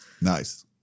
nice